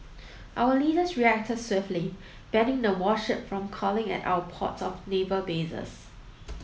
our leaders reacted swiftly banning the warship from calling at our ports or naval bases